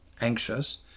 anxious